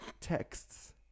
texts